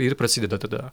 ir prasideda tada